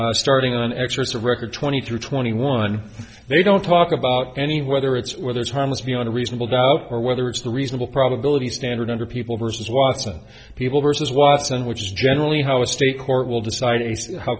it starting on excerpts of record twenty three twenty one they don't talk about any whether it's whether it's harmless beyond a reasonable doubt or whether it's the reasonable probability standard under people versus watson people versus watson which is generally how a state court will decide a